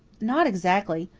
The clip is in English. not exactly.